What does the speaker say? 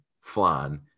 flan